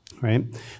right